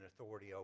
authority